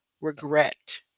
regret